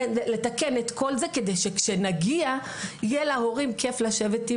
לתקן את כל זה כדי שנגיע יהיה להורים כיף לשבת עם